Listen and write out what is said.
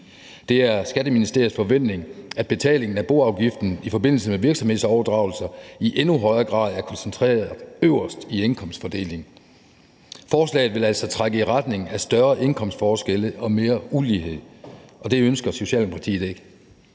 Det er Skatteministeriets forventning, at betalingen af boafgiften i forbindelse med virksomhedsoverdragelser i endnu højere grad er koncentreret øverst i indkomstfordelingen. Forslaget vil altså trække i retning af større indkomstforskelle og mere ulighed, og det ønsker Socialdemokratiet ikke.